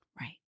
Right